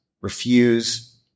refuse